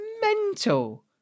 mental